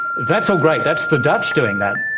that's all great, that's the dutch doing that.